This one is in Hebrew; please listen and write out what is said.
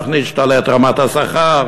תוכנית שתעלה את רמת השכר,